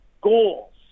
goals